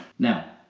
now,